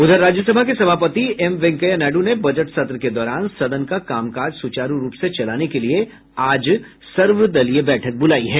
उधर राज्यसभा के सभापति एम वेंकैया नायडू ने बजट सत्र के दौरान सदन का कामकाज सुचारू रूप से चलाने के लिये आज सर्वदलीय बैठक बुलाई है